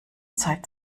zeit